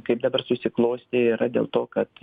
kaip dabar susiklostė yra dėl to kad